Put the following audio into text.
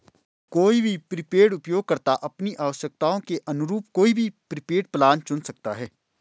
कोई भी प्रीपेड उपयोगकर्ता अपनी आवश्यकताओं के अनुरूप कोई भी प्रीपेड प्लान चुन सकता है